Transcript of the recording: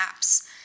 apps